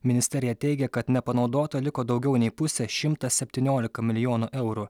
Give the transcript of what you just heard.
ministerija teigia kad nepanaudota liko daugiau nei pusė šimtas septyniolika milijonų eurų